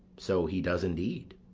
so he does indeed.